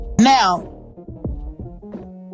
Now